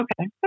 Okay